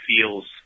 feels